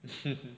is it